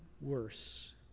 worse